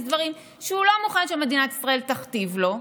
דברים שהוא לא מוכן שמדינת ישראל תכתיב לו,